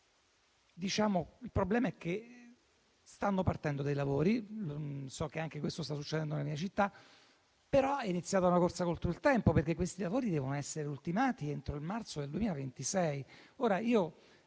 Il problema è che stanno partendo dei lavori, so che anche questo sta succedendo nella mia città, però è iniziata una corsa contro il tempo perché questi devono essere ultimati entro marzo 2026.